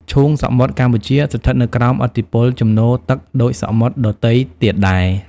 ឈូងសមុទ្រកម្ពុជាស្ថិតនៅក្រោមឥទ្ធិពលជំនោរទឹកដូចសមុទ្រដទៃទៀតដែរ។